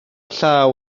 llaw